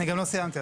אני גם לא סיימתי.